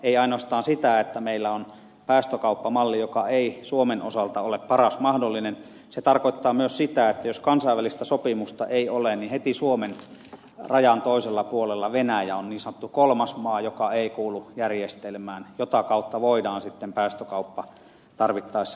ei ainoastaan sitä että meillä on päästökauppamalli joka ei suomen osalta ole paras mahdollinen se tarkoittaa myös sitä että jos kansainvälistä sopimusta ei ole niin heti suomen rajan toisella puolella venäjä on niin sanottu kolmas maa joka ei kuulu järjestelmään ja jota kautta voidaan sitten päästökauppa tarvittaessa kiertää